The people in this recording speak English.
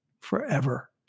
forever